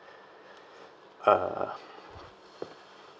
uh